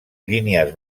línies